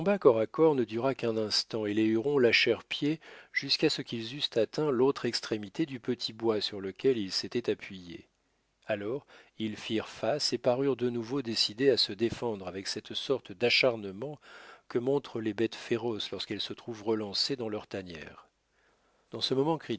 à corps ne dura qu'un instant et les hurons lâchèrent pied jusqu'à ce qu'ils eussent atteint l'autre extrémité du petit bois sur lequel ils s'étaient appuyés alors ils firent face et parurent de nouveau décidés à se défendre avec cette sorte d'acharnement que montrent les bêtes féroces lorsqu'elles se trouvent relancées dans leur tanière dans ce moment